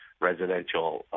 residential